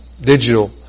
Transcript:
digital